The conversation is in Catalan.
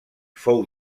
fou